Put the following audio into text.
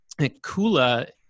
Kula